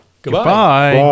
Goodbye